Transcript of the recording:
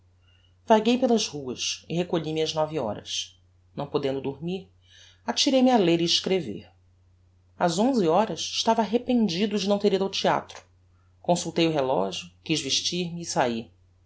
vaguei pelas ruas e recolhi me ás nove horas não podendo dormir atirei-me a ler e escrever ás onze horas estava arrependido de não ter ido ao theatro consultei o relogio quiz vestir-me e saír